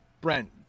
brent